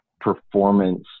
performance